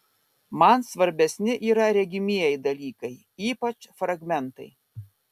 man svarbesni yra regimieji dalykai ypač fragmentai